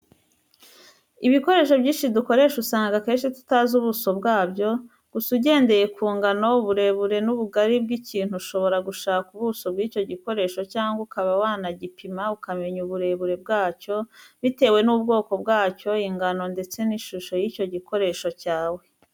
Ibikoresho byinshi dukoresha usanga kenshi tutazi ubuso bwabyo, gusa ugendeye ku ngano, uburebure n'ubugari bw'ikintu ushobora gushaka ubuso bw'icyo gikoresho cyangwa ukuba wanagipima ukamenya uburemere bwacyo bitewe n'ubwoko bwacyo, ingano ndetse n'ishusho y'icyo gikoresho cyawe.